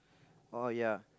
orh ya